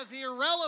irrelevant